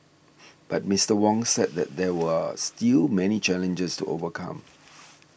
but Mister Wong said that there are still many challenges to overcome